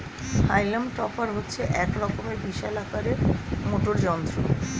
হাইলাম টপার হচ্ছে এক রকমের বিশাল আকারের মোটর যন্ত্র